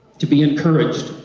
to be encouraged,